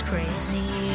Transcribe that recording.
Crazy